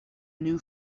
new